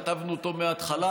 כתבנו אותו מהתחלה,